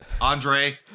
Andre